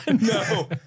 No